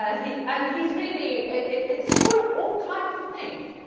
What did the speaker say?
ah he's and he's really, it's full of all kinds of things.